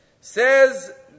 Says